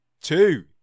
Two